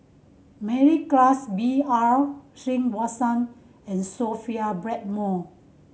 Mary Klass B R Sreenivasan and Sophia Blackmore